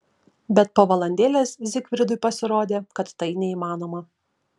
bet po valandėlės zygfridui pasirodė kad tai neįmanoma